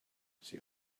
see